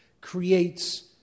creates